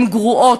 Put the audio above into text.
הן גרועות,